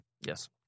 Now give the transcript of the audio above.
Yes